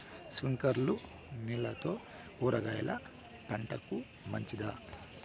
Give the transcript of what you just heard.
స్ప్రింక్లర్లు నీళ్లతో కూరగాయల పంటకు మంచిదా?